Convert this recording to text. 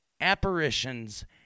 apparitions